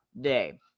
day